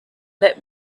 let